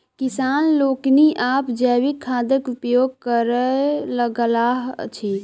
किसान लोकनि आब जैविक खादक उपयोग करय लगलाह अछि